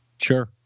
Sure